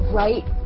right